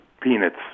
peanuts